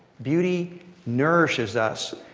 beauty nourishes us,